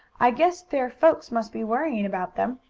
i guess their folks must be worrying about them.